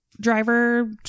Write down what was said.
driver